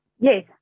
Yes